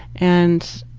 and,